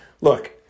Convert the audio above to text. look